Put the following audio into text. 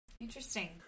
Interesting